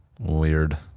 Weird